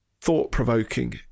thought-provoking